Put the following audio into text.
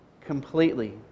completely